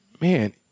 man